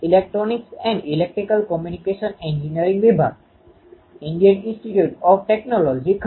આગળનું તાર્કિક પગલું એ એન્ટેના જોવાનું હશે જે ક્ષેત્ર દ્વારા વિકિરણ પાવર છે એટલે કે એપર્ચરapertureછિદ્ર પ્રકારનો એન્ટેના છે